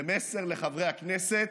זה מסר לחברי הכנסת: